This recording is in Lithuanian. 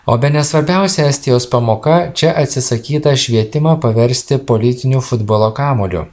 o bene svarbiausia estijos pamoka čia atsisakytą švietimą paversti politiniu futbolo kamuoliu